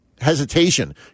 hesitation